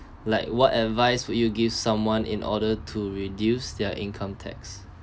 like what advice would you give someone in order to reduce their income tax